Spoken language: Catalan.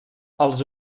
els